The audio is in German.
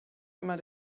immer